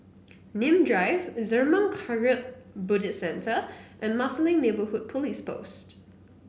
Nim Drive Zurmang Kagyud Buddhist Centre and Marsiling Neighbourhood Police Post